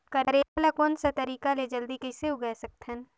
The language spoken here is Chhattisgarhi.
करेला ला कोन सा तरीका ले जल्दी कइसे उगाय सकथन?